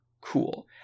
cool